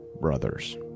brothers